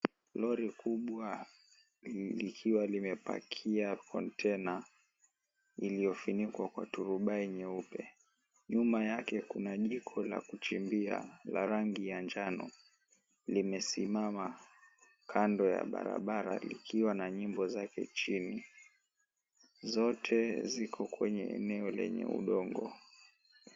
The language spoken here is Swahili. Lori kubwa likiwa limepakia kontena iliyofunikwakwa turubai nyeupe. Nyuma yake kuna jiko la kuchimbia la rangi ya njano. Limesimama kando ya barabara likiwa na nyimbo zake chini. Zote ziko kwenye eneo lenye udongo.